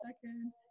second